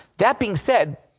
that being said,